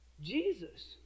Jesus